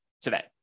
today